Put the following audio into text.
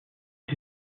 des